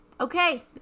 Okay